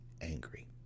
angry